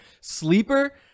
Sleeper